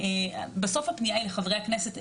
בסוף הפנייה היא לחברי הכנסת.